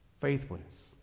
faithfulness